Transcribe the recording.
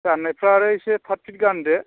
गाननायफ्रा आरो एसे फ्राद फ्रिद गानदो